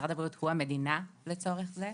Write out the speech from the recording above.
משרד הבריאות הוא המדינה לצורך זה.